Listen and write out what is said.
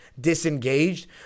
disengaged